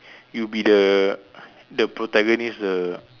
you be the the protagonist the